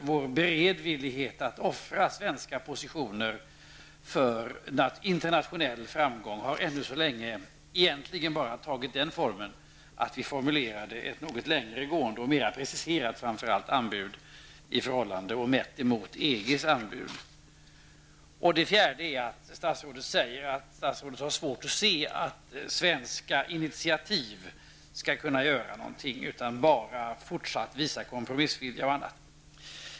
Vår beredvillighet att offra svenska positioner för internationell framgång har ännu så länge egentligen bara bestått i att vi har formulerat ett något längre gående och, framför allt, mera preciserat anbud i förhållande till EGs anbud. För det fjärde säger statsrådet att hon har svårt att se att svenska initiativ skulle kunna påverka. I stället gäller det att även i fortsättningen visa t.ex. kompromissvilja.